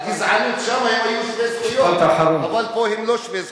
הגזענות שם הם היו שווי זכויות,